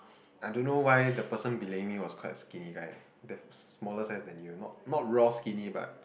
I don't know why the person belaying me was quite skinny right the smaller size than you not not raw skinny but